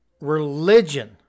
religion